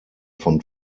von